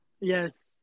Yes